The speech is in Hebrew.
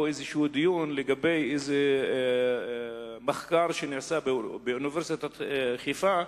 איזה דיון לגבי מחקר שנעשה באוניברסיטת חיפה,